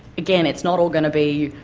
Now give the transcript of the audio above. again, it's not all going to be.